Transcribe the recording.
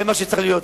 זה מה שצריך להיות.